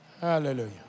Hallelujah